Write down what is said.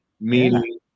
meaning